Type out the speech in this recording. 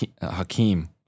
Hakeem